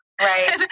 right